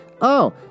Oh